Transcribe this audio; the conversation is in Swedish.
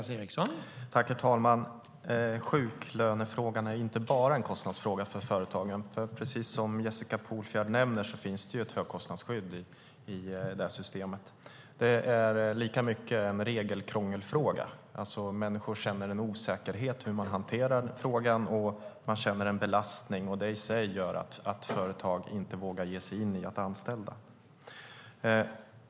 Herr talman! Sjuklönefrågan är inte bara en kostnadsfråga för företagen, för precis som Jessica Polfjärd nämnde finns det ett högkostnadsskydd i det systemet. Det är lika mycket en regelkrångelfråga. Människor känner en osäkerhet för hur de ska hantera frågan och upplever en belastning, och det gör att företag inte vågar anställa.